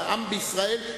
זה העם בישראל,